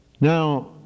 Now